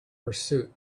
pursuit